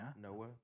Noah